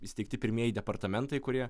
įsteigti pirmieji departamentai kurie